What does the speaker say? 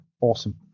awesome